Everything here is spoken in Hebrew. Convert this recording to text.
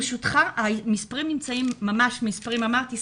כמו שאמרתי,